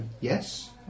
Yes